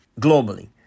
globally